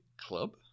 club